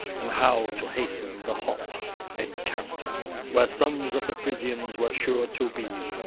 and how to hasten the hot encounter where sons of the frisians were sure to be.